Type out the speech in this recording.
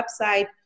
website